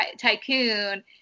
tycoon